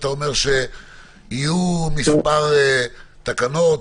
אתה אומר שיהיו מספר תקנות